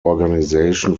organisation